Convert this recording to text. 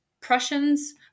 Prussians